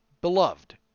beloved